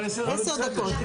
בהמשך לדיון שהתקיים היום, אני